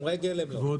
לא.